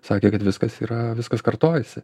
sakė kad viskas yra viskas kartojasi